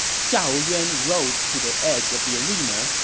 xiahou yuan rode to the edge of the arena,